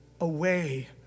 away